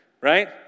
right